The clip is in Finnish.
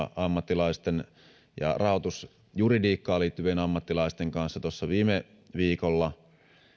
ammattilaisten ja rahoitusjuridiikkaan liittyvien ammattilaisten kanssa viime viikolla